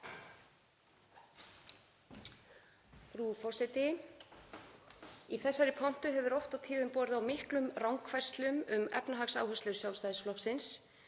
Frú forseti. Í þessari pontu hefur oft á tíðum borið á miklum rangfærslum um efnahagsáherslur Sjálfstæðisflokksins